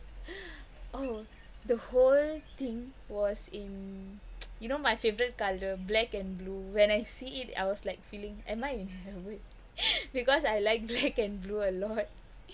oh the whole thing was in you know my favourite colour black and blue when I see it I was like feeling am I in heaven because I like black and blue a lot